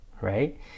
right